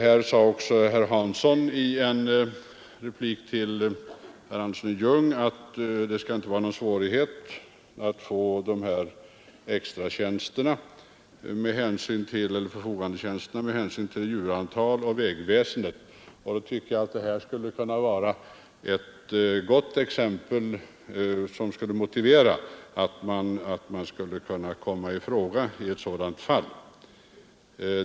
Här sade också herr Hansson i Skegrie i en replik till herr Andersson i Ljung att det med hänsyn till djurantal och vägväsende inte skall vara någon svårighet att få de här förfogandetjänsterna. Det tycker jag skulle vara ett motiv även i detta fall.